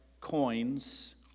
coins